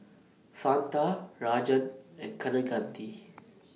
Santha Rajan and Kaneganti